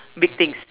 big things